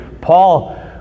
Paul